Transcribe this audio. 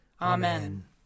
Amen